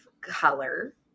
color